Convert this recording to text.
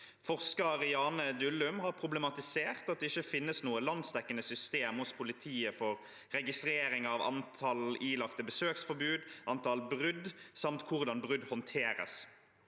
Forsker Jane Dullum har problematisert at det ikke finnes noe landsdekkende system hos politiet for registrering av antall ilagte besøksforbud, antall brudd på dette samt hvordan brudd håndteres.